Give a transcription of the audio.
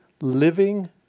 living